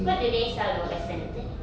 what do they sell though western is it